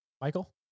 Michael